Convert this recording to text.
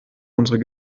unsere